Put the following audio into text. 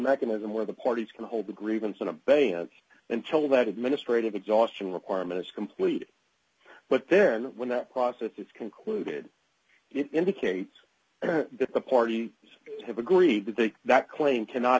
mechanism where the parties can hold the grievance in abeyance until that administrative exhaustion requirement is completed but then when that process is concluded it indicates that the party have agreed that they that claim cannot